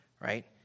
right